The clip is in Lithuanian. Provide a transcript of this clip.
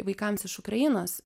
vaikams iš ukrainos